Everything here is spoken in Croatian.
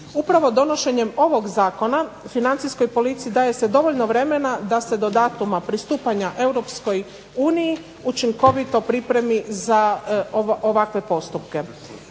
Upravo donošenjem ovog zakona Financijskoj policiji daje se dovoljno vremena da se do datuma pristupanja Europskoj uniji učinkovito pripremi za ovakve postupke.